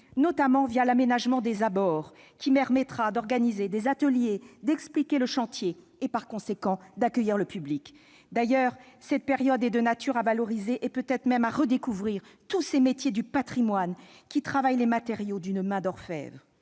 notamment l'aménagement des abords, qui permettra d'organiser des ateliers, d'expliquer le chantier et, par conséquent, d'accueillir le public. D'ailleurs, cette période est de nature à valoriser, et peut-être même à redécouvrir, tous ces métiers du patrimoine qui travaillent les matériaux d'une main d'orfèvre.